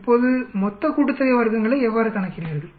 இப்போது வர்க்கங்களின் மொத்த கூட்டுத்தொகையை எவ்வாறு கணக்கிடுவீர்கள்